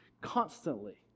constantly